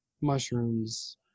mushrooms